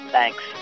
Thanks